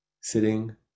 sitting